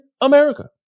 America